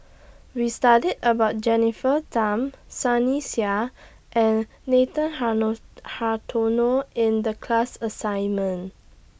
We studied about Jennifer Tham Sunny Sia and Nathan hello Hartono in The class assignment